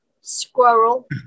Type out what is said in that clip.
Squirrel